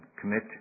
commit